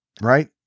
right